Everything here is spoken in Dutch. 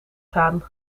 gaan